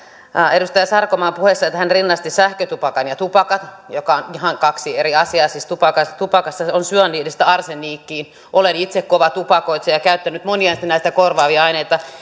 edustaja sarkomaan puheessa siihen että hän rinnasti sähkötupakan ja tupakan jotka ovat kaksi ihan eri asiaa siis tupakassa tupakassa on aineita syanidista arsenikkiin olen itse kova tupakoitsija ja käyttänyt monia korvaavia aineita